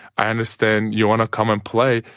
i understand you want to come and play,